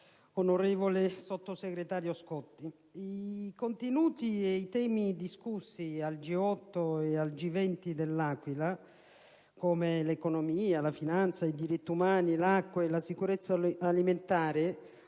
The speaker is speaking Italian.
onorevole sottosegretario Scotti, i contenuti e i temi discussi al G8 de L'Aquila, come l'economia, la finanza, i diritti umani, l'acqua e la sicurezza alimentare,